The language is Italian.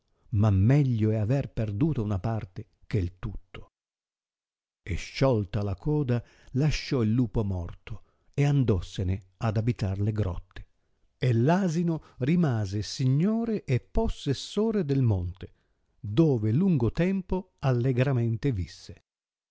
ma meglio è aver perduta una parte che il tutto e sciolta la coda lasciò il lupo morto e andossene ad abitar le grotte e l'asino rimase signore e possessore del monte dove lungo tempo allegramente visse